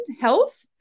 health